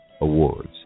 awards